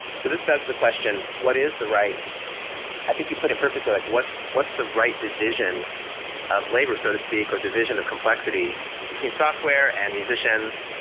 so this begs the question what is the right i think you put it perfectly. like what's what's the right division of labor so to speak, or division of complexity between software and musicians.